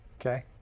Okay